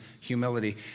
humility